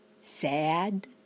Sad